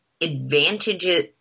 advantages